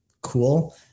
cool